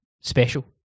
special